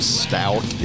stout